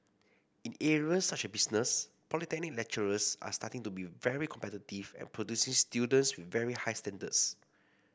in areas such as business polytechnic lecturers are starting to be very competitive and producing students very high standards